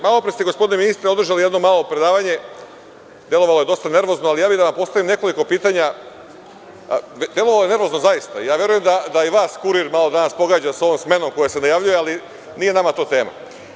Malopre ste gospodine ministre održali jedno malo predavanje, delovalo je dosta nervozno, ali ja bi da vam postavim nekoliko pitanja, nervozno zaista, ja verujem da i vas „Kurir“ malo pogađa sa ovom smenom koja se najavljuje, ali nije nama to tema.